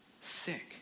sick